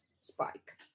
spike